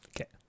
Okay